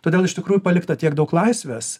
todėl iš tikrųjų palikta tiek daug laisvės